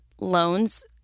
loans